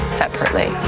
separately